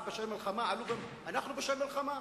פשעי מלחמה אמרה: אנחנו פושעי מלחמה.